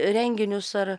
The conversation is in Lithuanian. renginius ar